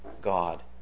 God